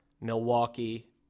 Milwaukee